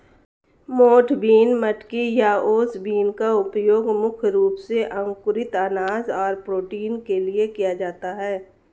मोठ बीन, मटकी या ओस बीन का उपयोग मुख्य रूप से अंकुरित अनाज और प्रोटीन के लिए किया जाता है